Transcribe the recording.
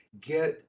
get